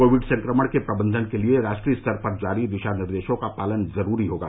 Covid संक्रमण के प्रबंधन के लिए राष्ट्रीय स्तर पर जारी दिशा निर्देशों का पालन जरूरी होगा